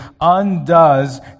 undoes